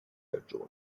ragioni